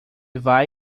vai